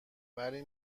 ولی